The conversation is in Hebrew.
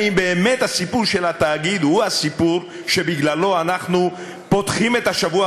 האם באמת הסיפור של התאגיד הוא הסיפור שבגללו אנחנו פותחים את השבוע